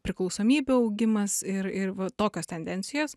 priklausomybių augimas ir ir va tokios tendencijos